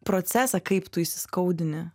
procesą kaip tu įsiskaudini